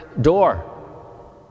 door